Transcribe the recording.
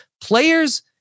players